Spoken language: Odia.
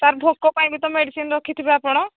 ସାର୍ ଭୋକ ପାଇଁ ବି ତ ମେଡ଼ିସିନ୍ ରଖିଥିବେ ଆପଣ